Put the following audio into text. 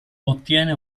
ottiene